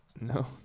No